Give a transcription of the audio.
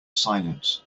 silence